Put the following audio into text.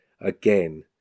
again